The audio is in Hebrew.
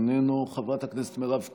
איננו, חברת הכנסת מירב כהן,